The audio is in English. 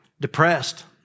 depressed